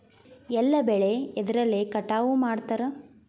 ಎಲ್ಲ ಬೆಳೆ ಎದ್ರಲೆ ಕಟಾವು ಮಾಡ್ತಾರ್?